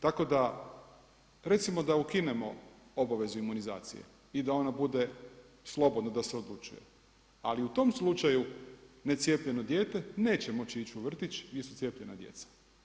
Tako da recimo da ukinemo obavezu imunizacije i da ona bude slobodna da se odlučuje, ali u tom slučaju necijepljeno dijete neće moći ići u vrtić gdje su cijepljena djeca.